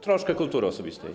Troszkę kultury osobistej.